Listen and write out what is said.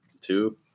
Two